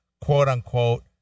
quote-unquote